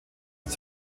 des